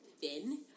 thin